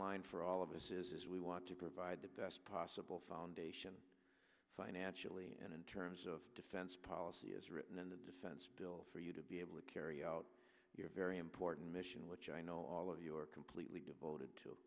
line for all of us is we want to provide the best possible foundation financially and in terms of defense policy as written in the defense bill for you to be able to carry out your very important mission which i know all of your completely devoted to